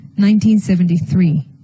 1973